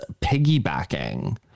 piggybacking